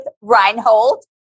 Reinhold